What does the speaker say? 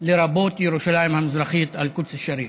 לרבות ירושלים המזרחית, אל-קודס א-שריף.